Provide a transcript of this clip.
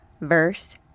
verse